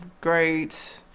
great